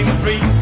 free